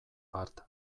bart